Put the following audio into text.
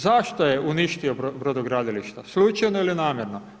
Zašto je uništio brodogradilišta, slučajno ili namjerno?